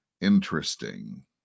interesting